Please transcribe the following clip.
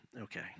okay